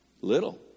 little